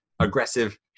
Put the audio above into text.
aggressive